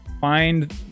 find